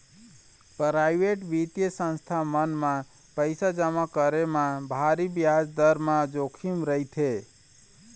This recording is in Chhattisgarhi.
पराइवेट बित्तीय संस्था मन म पइसा जमा करे म भारी बियाज दर म जोखिम रहिथे